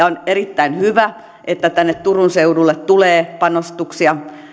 on erittäin hyvä että turun seudulle tulee panostuksia